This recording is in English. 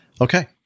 Okay